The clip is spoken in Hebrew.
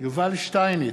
יובל שטייניץ,